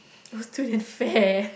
student fair